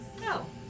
No